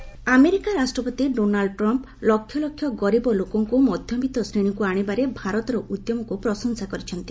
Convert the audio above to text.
Trump America ରାଷ୍ଟ୍ରପତି Donald Trump ଲକ୍ଷଲକ୍ଷ ଗରିବ ଲୋକଙ୍କୁ ମଧ୍ୟବିତ୍ ଶ୍ରେଣୀକୁ ଆଶିବାରେ ଭାରତର ଉଦ୍ୟମକୁ ପ୍ରଶଂସା କରିଛନ୍ତି